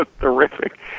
terrific